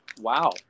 Wow